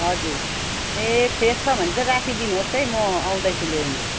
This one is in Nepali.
हजुर ए फ्रेस छ भने चाहिँ राखिदिनुहोसै म आउँदैछु लिनु